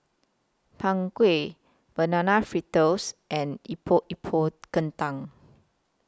Png Kueh Banana Fritters and Epok Epok Kentang